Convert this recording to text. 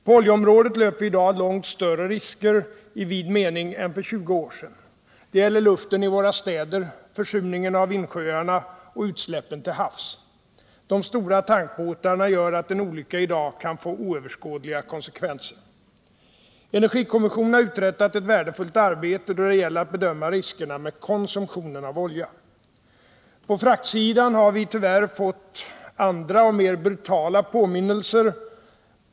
På oljeområdet löper vi i dag långt större risker i vid mening än för 20 år sedan. Det gäller luften i våra städer, försurningen av insjöarna och utsläppen till havs. De stora tankbåtarna gör att en olycka i dag kan få oöverskådliga konsekvenser. Energikommissionen har uträttat ett värdefullt arbete då det gäller att bedöma riskerna med konsumtionen av olja. På fraktsidan har vi tyvärr fått andra och mer brutala påminnelser.